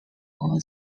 own